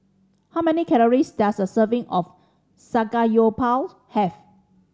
how many calories does a serving of Samgeyopsals have